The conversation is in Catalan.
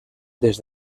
des